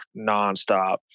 nonstop